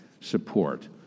support